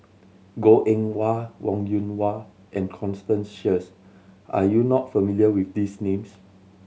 Goh Eng Wah Wong Yoon Wah and Constance Sheares are you not familiar with these names